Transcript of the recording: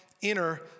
inner